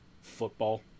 football